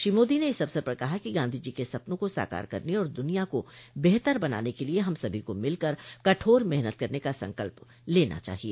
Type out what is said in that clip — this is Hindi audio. श्री मोदी ने इस अवसर पर कहा कि गांधीजी के सपनों को साकार करने और दुनिया को बेहतर बनाने के लिए हम सभी को भिलकर कठोर मेहनत करने का संकल्प लेना चाहिए